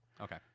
Okay